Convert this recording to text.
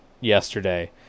yesterday